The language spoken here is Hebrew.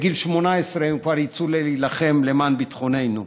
בגיל 18 הם כבר יצאו להילחם למען ביטחוננו.